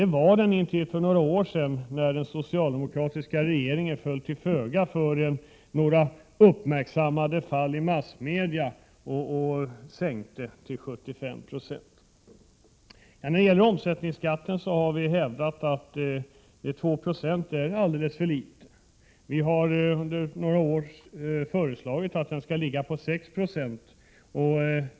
Det var den också fram till för några år sedan, när den socialdemokratiska regeringen föll till föga för några uppmärksammade fall i massmedia och sänkte den till 15 Re. När det gäller omsättningsskatten har vi hävdat att 2 96 är alldeles för litet. Under några års tid har vi föreslagit att den skall ligga på 6 7c.